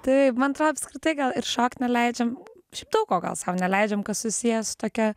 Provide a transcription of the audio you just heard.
taip man atro apskritai gal ir šokt neleidžiam šiaip daug ko gal sau neleidžiam kas susiję su tokia